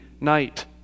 night